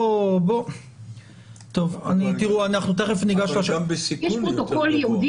אנחנו תכף ניגש --- יש פרוטוקול ייעודי